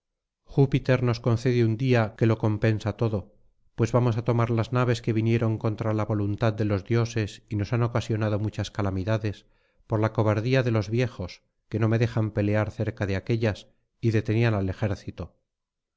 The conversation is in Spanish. júpiter nos concede un día que lo compensa todo pues vamos á tomar las naves que vinieron contra la voluntad de los dioses y nos han ocasionado muchas calamidades por la cobardía de los viejos que no me dejaban pelear cerca de aquéllas y detenían al ejército